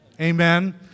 Amen